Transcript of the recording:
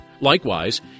Likewise